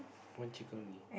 one chicken only